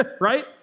right